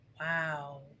Wow